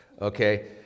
okay